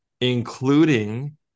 including